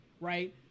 right